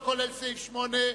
לא כולל מס' 8,